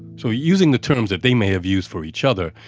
so using the terms that they may have used for each other,